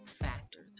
factors